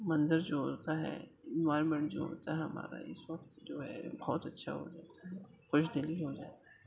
منظر جو ہوتا ہے انوائرمنٹ جو ہوتا ہے ہمارا اس وقت جو ہے بہت اچھا ہوجاتا ہے خوش دلی ہوجاتا ہے